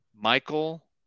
Michael